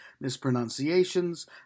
mispronunciations